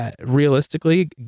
Realistically